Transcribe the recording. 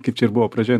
kaip čia buvo pradžioj